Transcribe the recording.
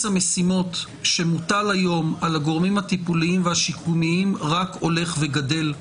המשימות שמוטל היום על הגורמים הטיפוליים והשיקומיים רק הולך וגדל,